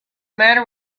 matter